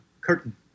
curtain